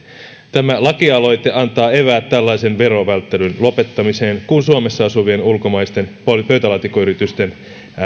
tämä lakialoite antaa eväät tällaisen verovälttelyn lopettamiseen kun suomessa asuvien ulkomaisten pöytälaatikkoyritysten